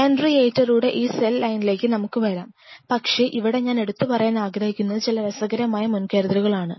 ഹെൻറിയേറ്റയുടെ ഈ സെൽ ലൈനിലേക്ക് നമ്മുക്ക് വരാം പക്ഷേ ഇവിടെ ഞാൻ എടുത്തുപറയാൻ ആഗ്രഹിക്കുന്നത് ചില രസകരമായ മുന്കരുതലുകളാണ്